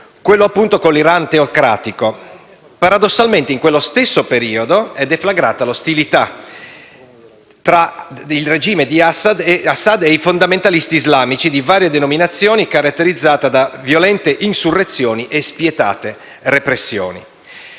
quello appunto con l'Iran teocratico. Paradossalmente, in quello stesso periodo è deflagrata l'ostilità tra il regime di Assad e i fondamentalisti islamici di varie denominazioni, caratterizzata da violente insurrezioni e spietate repressioni.